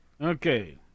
Okay